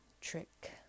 trick